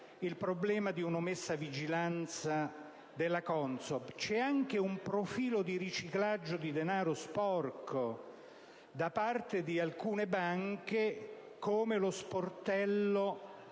il problema di un'omessa vigilanza della CONSOB, ma c'è anche un profilo di riciclaggio di denaro sporco da parte di alcune banche, come lo sportello